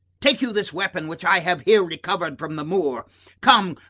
take you this weapon, which i have here recover'd from the moor come,